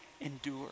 endure